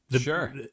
Sure